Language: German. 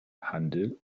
handel